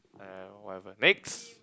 uh whatever next